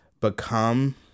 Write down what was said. become